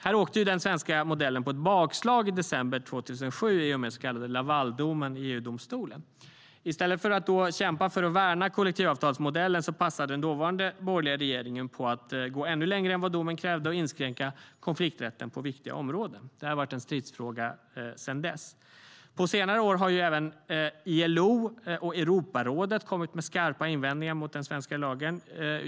Här åkte den svenska modellen på ett bakslag i december 2007 i och med den så kallade Lavaldomen i EU-domstolen.I stället för att kämpa för att värna kollektivavtalsmodellen passade den dåvarande borgerliga regeringen på att gå ännu längre än domen krävde och inskränka konflikträtten på viktiga områden. Det här har varit en stridsfråga ända sedan dess. På senare år har också både ILO och Europarådet kommit med skarpa invändningar mot den svenska lagen.